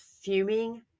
fuming